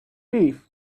beef